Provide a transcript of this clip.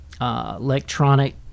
electronic